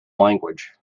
language